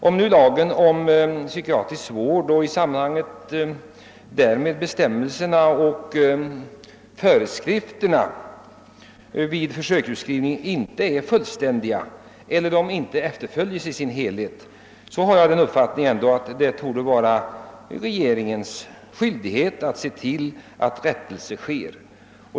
Om nu bestämmelserna och föreskrifterna i samband med lagen om psykiatrisk vård och försöksutskrivning inte är fullständiga eller inte efterföljs i sin helhet torde det enligt min uppfattning vara regeringens skyldighet att se till att rättelse sker.